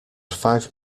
five